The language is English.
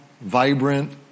vibrant